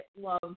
love